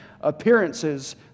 appearances